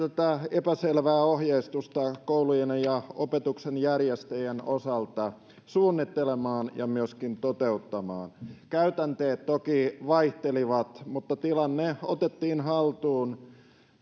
epäselvää ohjeistusta koulujen ja opetuksen järjestäjien osalta suunnittelemaan ja myöskin toteuttamaan käytänteet toki vaihtelivat mutta tilanne otettiin haltuun